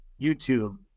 YouTube